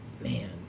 Man